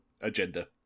agenda